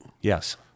Yes